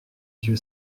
dieu